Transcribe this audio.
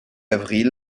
avril